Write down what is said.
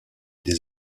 des